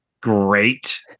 Great